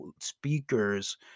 speakers